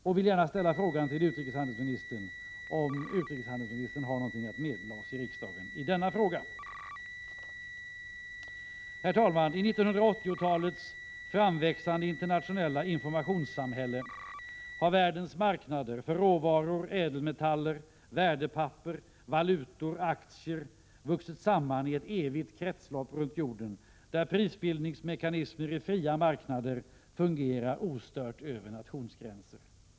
Jag vill gärna fråga utrikeshandelsministern om utrikeshandelsministern har något att meddela oss i riksdagen i denna fråga. Herr talman! I 1980-talets framväxande internationella informationssamhälle har världens marknader för råvaror, ädelmetaller, värdepapper, valutor och aktier vuxit samman i ett evigt kretslopp runt jorden, där prisbildningsmekanismer i fria marknader fungerar ostört över nationsgränser.